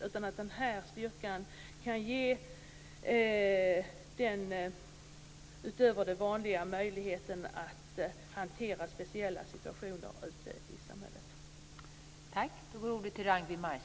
Det skall vara den här styrkan som kan ge en möjlighet utöver det vanliga att hantera speciella situationer ute i samhället.